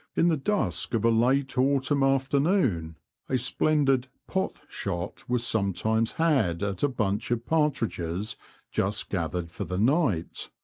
in the dusk of a late autumn afternoon a splendid pot shot was sometimes had at a bunch of partridges just gathered for the night.